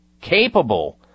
capable